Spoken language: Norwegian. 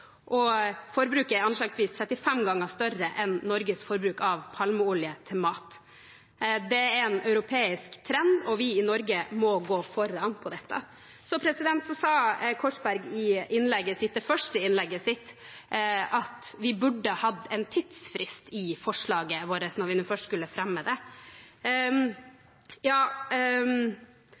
Forbruket er anslagsvis 35 ganger større enn Norges forbruk av palmeolje til mat. Det er en europeisk trend, og vi i Norge må gå foran når det gjelder dette. Korsberg sa i det første innlegget sitt at vi burde hatt en tidsfrist i forslaget vårt, når vi først skulle fremme det.